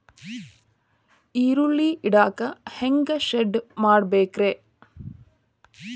ಈರುಳ್ಳಿ ಇಡಾಕ ಹ್ಯಾಂಗ ಶೆಡ್ ಮಾಡಬೇಕ್ರೇ?